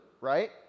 right